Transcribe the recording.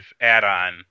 add-on